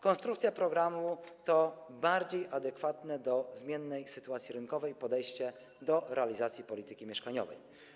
Konstrukcja programu to bardziej adekwatne do zmiennej sytuacji rynkowej podejście do realizacji polityki mieszkaniowej.